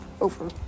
over